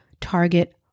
target